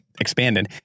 expanded